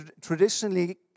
traditionally